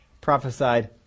prophesied